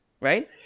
right